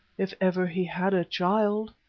if ever he had a child?